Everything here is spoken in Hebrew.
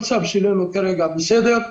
המצב שלנו כרגע בסדר.